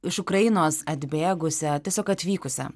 iš ukrainos atbėgusią tiesiog atvykusią